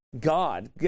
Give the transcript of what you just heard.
God